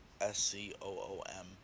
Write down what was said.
S-C-O-O-M